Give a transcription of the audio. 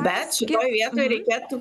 bet šitoj vietoj reikėtų